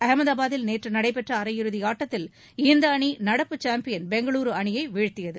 அகமதாபாத்தில் நேற்று நடைபெற்ற அரையிறுதி ஆட்டத்தில் இந்த அணி நடப்பு சும்பியன் பெங்களுரு அணியை வீழ்த்தியது